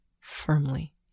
firmly